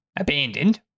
abandoned